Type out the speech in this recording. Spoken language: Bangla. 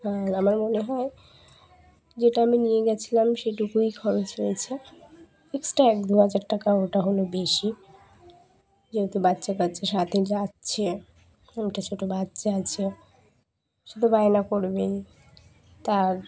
আর আমার মনে হয় যেটা আমি নিয়ে গিয়েছিলাম সেটুকুই খরচ হয়েছে এক্সট্রা এক দু হাজার টাকা ওটা হলো বেশি যেহেতু বাচ্চা কাচ্চা সাথে যাচ্ছে ওট ছোটো বাচ্চা আছে সেধু বায়না করবেই তার